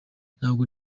ntabwo